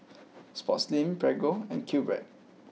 Sportslink Prego and Q Bread